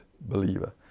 believer